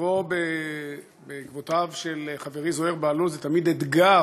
לבוא בעקבותיו של חברי זוהיר בהלול זה תמיד אתגר,